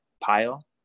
pile